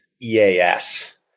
EAS